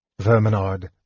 Verminard